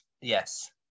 yes